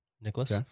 Nicholas